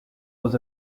was